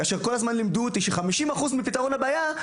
לימדו אותי כל הזמן ש-50% מפתרון הבעיה הוא